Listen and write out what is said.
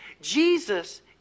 Jesus